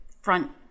front